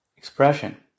expression